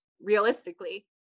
realistically